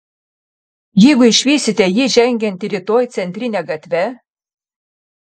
jeigu išvysite jį žengiantį rytoj centrine gatve